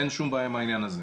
אין שום בעיה עם העניין הזה.